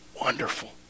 wonderful